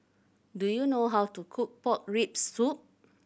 do you know how to cook pork rib soup